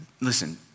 Listen